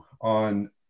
on